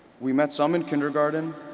we met some in kindergarten,